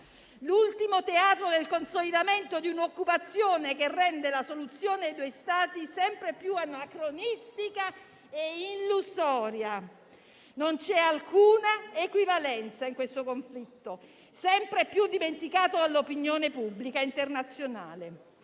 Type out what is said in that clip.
l'ultimo teatro del consolidamento di un'occupazione che rende la soluzione dei due Stati sempre più anacronistica e illusoria. Non c'è alcuna equivalenza in questo conflitto sempre più dimenticato dall'opinione pubblica internazionale.